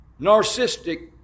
narcissistic